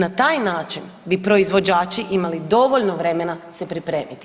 Na taj način bi proizvođači imali dovoljno vremena se pripremiti.